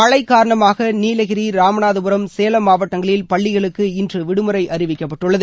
மழை காரணமாக நீலகிரி ராமநாதபுரம் சேலம் மாவட்டங்களில் பள்ளிகளுக்கு இன்று விடுமுறை அறிவிக்கப்பட்டுள்ளது